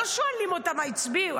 לא שואלים אותה מה היא הצביעה.